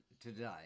today